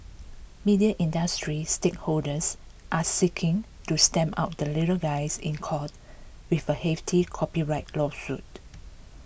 media industry stakeholders are seeking to stamp out the little guys in court with a hefty copyright lawsuit